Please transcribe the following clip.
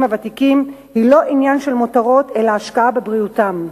הוותיקים היא לא עניין של מותרות אלא השקעה בבריאותם.